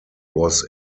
was